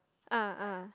ah ah